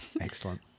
Excellent